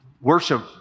worship